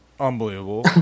unbelievable